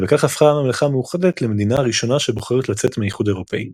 ובכך הפכה הממלכה המאוחדת למדינה הראשונה שבוחרת לצאת מהאיחוד האירופי.